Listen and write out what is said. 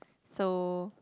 so